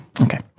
Okay